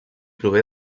prové